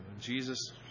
Jesus